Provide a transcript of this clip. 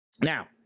Now